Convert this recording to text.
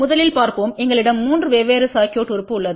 முதலில் பார்ப்போம் எங்களிடம் 3 வெவ்வேறு சர்க்யூட் உறுப்பு உள்ளது